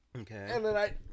Okay